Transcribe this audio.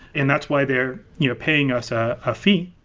and that's why they're you know paying us a ah fee.